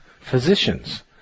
Physicians